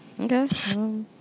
Okay